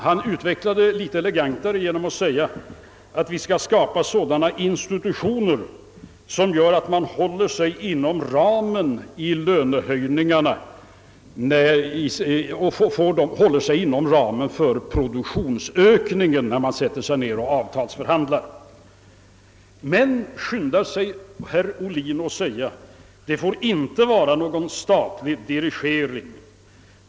Han utvecklar den litet elegantare genom att säga att vi skall skapa sådana institutioner som gör att man håller sig inom ramen för produktionsökningen när man sätter sig ned och avtalsförhandlar. Men, skyndar sig herr Ohlin att säga, det får inte vara någon statlig dirigering.